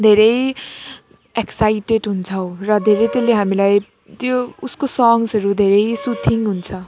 धेरै एक्साइटेड हुन्छौँ र धेरै त्यसले हामीलाई त्यो उसको सङ्सहरू धेरै सुथिङ हुन्छ